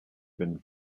been